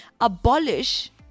abolish